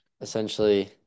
essentially